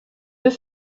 œufs